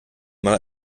mal